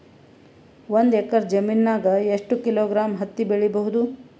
ಒಂದ್ ಎಕ್ಕರ ಜಮೀನಗ ಎಷ್ಟು ಕಿಲೋಗ್ರಾಂ ಹತ್ತಿ ಬೆಳಿ ಬಹುದು?